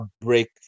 break